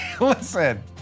Listen